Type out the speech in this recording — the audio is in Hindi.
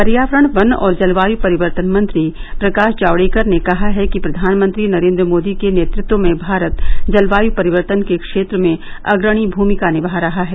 पर्यावरण वन और जलवायु परिवर्तन मंत्री प्रकाश जावड़ेकर ने कहा है कि प्रधानमंत्री नरेन्द्र मोदी के नेतृत्व में भारत जलवायु परिवर्तन के क्षेत्र में अग्रणी भूमिका निभा रहा है